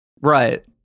right